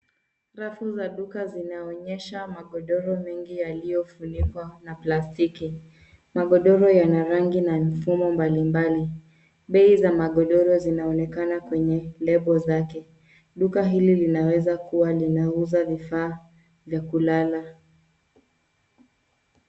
Rafu za duka zinaonyesha magodoro mengi yaliyofunikwa na plastiki. Magodoro yana rangi na mifumo mbali mbali. Bei za magodoro zinaonekana kwenye lebo zake. Duka hili linaweza kuwa linauza vifaa vya kulala.